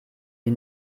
die